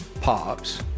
pops